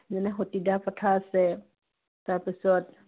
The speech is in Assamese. যেনে সতীদাহ প্ৰথা আছে তাৰপিছত